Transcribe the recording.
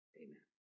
amen